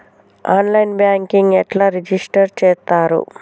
On line banking ఎట్లా register చేత్తరు?